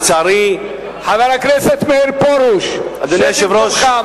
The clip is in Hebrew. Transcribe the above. לצערי, חבר הכנסת מאיר פרוש, שב במקומך.